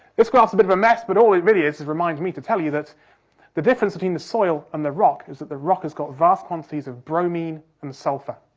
this graph's a bit of a mess but all it really is, is to remind me to tell you that the difference between the soil and the rock is that the rock has got vast quantities of bromine and sulphur,